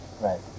Right